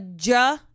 Ja